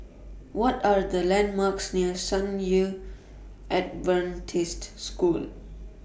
What Are The landmarks near San Yu Adventist School